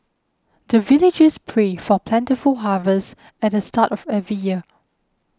the villagers pray for plentiful harvest at the start of every year